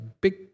big